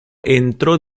entró